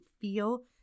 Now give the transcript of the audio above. feel